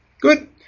Good